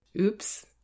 Oops